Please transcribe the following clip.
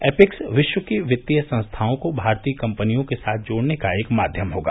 epics विश्व की वित्तीय संस्थाओं को भारतीय कंपनियों के साथ जोड़ने का एक माध्यम होगा